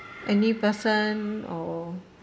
any person or